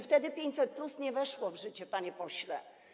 Wtedy 500+ nie weszło jeszcze w życie, panie pośle.